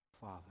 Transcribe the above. Father